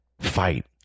fight